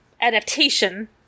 adaptation